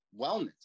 wellness